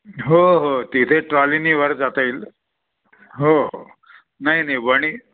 हो हो तिथे ट्रॉलीने वर जाता येईल हो हो नाही नाही वणी